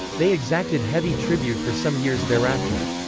they exacted heavy tribute for some years thereafter.